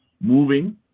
moving